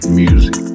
music